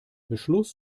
beschluss